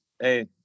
Hey